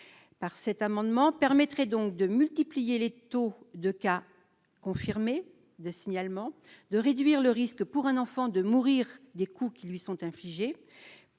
par cet amendement permettrait donc de multiplier les taux de cas confirmés de signalement de réduire le risque pour un enfant de mourir des coups qui lui sont infligées